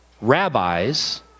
rabbis